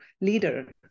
leader